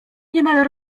niemal